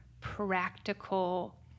practical